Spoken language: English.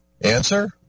Answer